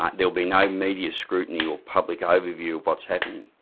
ah there'll be no media scrutiny or public overview of what's happening.